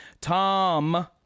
Tom